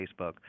Facebook